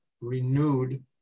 renewed